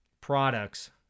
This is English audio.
products